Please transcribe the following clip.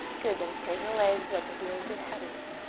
good, then straighten the legs, let the heels get heavy.